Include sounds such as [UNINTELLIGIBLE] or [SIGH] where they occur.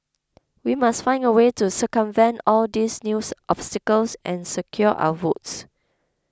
we must find a way to circumvent all these new [UNINTELLIGIBLE] obstacles and secure our votes